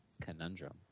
conundrum